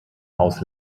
haus